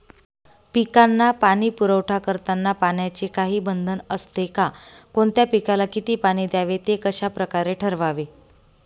पिकांना पाणी पुरवठा करताना पाण्याचे काही बंधन असते का? कोणत्या पिकाला किती पाणी द्यावे ते कशाप्रकारे ठरवावे?